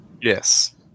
Yes